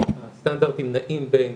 הסטנדרטים נעים בין